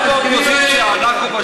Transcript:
ההסכמים הללו הם לא ראויים.